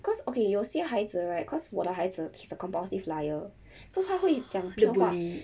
cause okay 有些孩子 right cause 我的孩子 he's a compulsive liar so 他会讲到